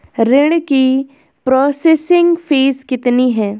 ऋण की processing fee कितनी है?